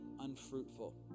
unfruitful